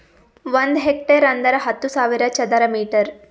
ಒಂದ್ ಹೆಕ್ಟೇರ್ ಅಂದರ ಹತ್ತು ಸಾವಿರ ಚದರ ಮೀಟರ್